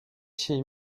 chez